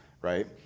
right